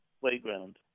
playground